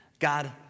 God